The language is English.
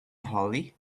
hollie